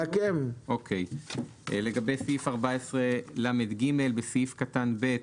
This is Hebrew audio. לגבי סעיף 14לג, בסעיף קטן (ב)